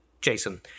Jason